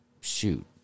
shoot